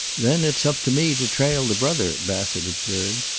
then it's up to me to trail the brother, bassett observed.